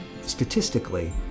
statistically